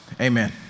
Amen